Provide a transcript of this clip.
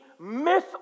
myth